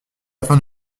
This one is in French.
afin